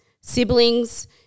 siblings